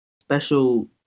special